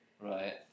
Right